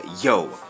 yo